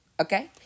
Okay